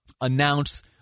announce